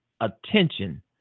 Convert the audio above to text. attention